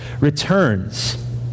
returns